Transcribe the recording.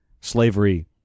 Slavery